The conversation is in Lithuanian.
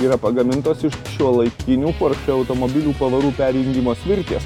yra pagamintos iš šiuolaikinių porsche automobilių pavarų perjungimo svirties